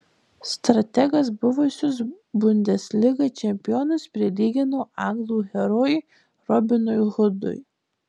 strategas buvusius bundesliga čempionus prilygino anglų herojui robinui hudui